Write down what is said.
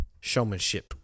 showmanship